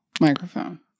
microphone